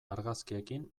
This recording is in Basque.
argazkiekin